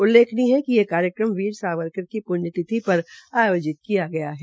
उल्लेख्नीय है ये कार्यक्रम वीर सावरकर की पृण्यतिथि पर आयोजित किया गया है